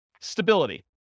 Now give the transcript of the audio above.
Stability